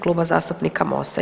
Kluba zastupnika MOST-a.